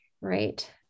right